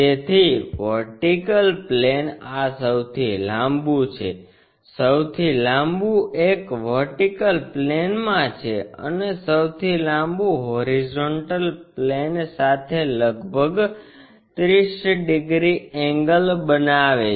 તેથી vertical plane આ સૌથી લાંબું છે સૌથી લાંબું એક વર્ટિકલ પ્લેનમાં છે અને સૌથી લાંબું હોરીઝોન્ટલ પ્લેન સાથે લગભગ 30 ડિગ્રી એન્ગલ બનાવે છે